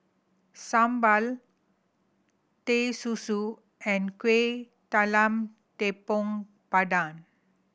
Sambal Teh Susu and Kuih Talam Tepong Pandan